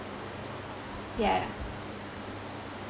yeah yeah